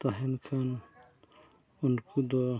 ᱛᱟᱦᱮᱱ ᱠᱷᱟᱱ ᱩᱱᱠᱩ ᱫᱚ